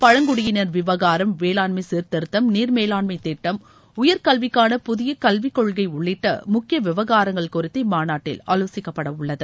பழங்குடியினர் விவகாரம் வேளாண்மை சீர்திருத்தம் நீர் மேலாண்மை திட்டம் உயர்கல்விக்கான புதிய கல்விக்கொள்கை உள்ளிட்ட முக்கிய விவகாரங்கள் குறித்து இம்மாநாட்டில் ஆலோசிக்கப்படவுள்ளது